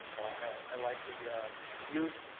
i like the the youth,